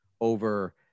over